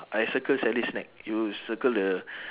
I circle sally's snack you circle the